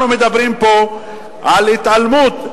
אנחנו מדברים פה על התעלמות.